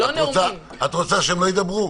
את רוצה שהם לא ידברו?